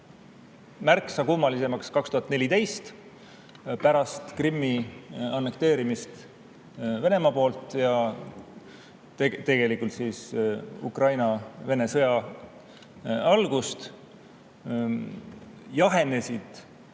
märksa kummalisemaks 2014. aastal. Pärast Krimmi annekteerimist Venemaa poolt ehk tegelikult Ukraina-Vene sõja algust jahenesid